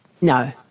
No